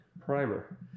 Primer